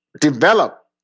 develop